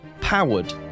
powered